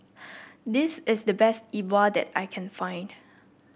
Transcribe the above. this is the best Yi Bua that I can find